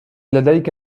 لديك